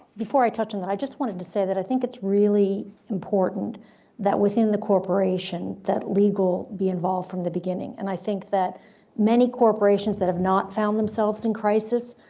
before i touched on that, i just wanted to say that i think it's really important that within the corporation, that legal be involved from the beginning. and i think that many corporations that have not found themselves in crisis,